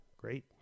Great